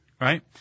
Right